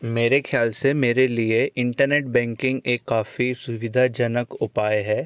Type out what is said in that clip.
मेरे ख्याल से मेरे लिए इंटरनेट बैंकिंग एक काफ़ी सुविधाजनक उपाय है